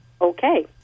Okay